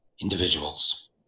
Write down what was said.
individuals